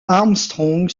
armstrong